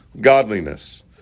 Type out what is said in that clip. godliness